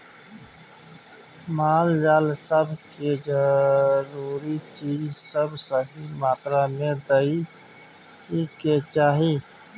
माल जाल सब के जरूरी चीज सब सही मात्रा में दइ के चाही